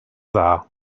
dda